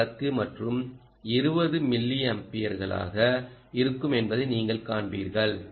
ஓ வழக்கு மற்றும் 20 மில்லியப்பர்களாக இருக்கும் என்பதை நீங்கள் காண்பீர்கள்